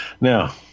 Now